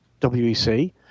WEC –